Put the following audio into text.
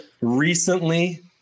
recently